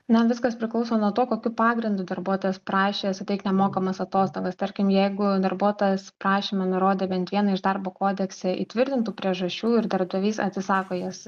na viskas priklauso nuo to kokiu pagrindu darbuotojas prašė suteikt nemokamas atostogas tarkim jeigu darbuotojas prašyme nurodė bent vieną iš darbo kodekse įtvirtintų priežasčių ir darbdavys atsisako jas